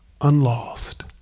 unlost